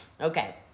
Okay